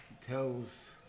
tells